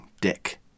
Dick